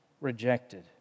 rejected